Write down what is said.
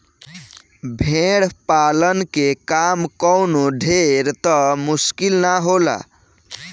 भेड़ पालन के काम कवनो ढेर त मुश्किल ना होला